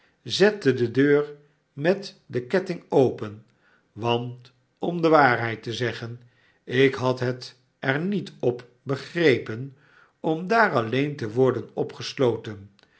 zette de deur met den ketting open want om de waarheid te zeggen ik had het er niet op begrepen om daar alleen le worden opgesloten